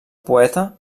poeta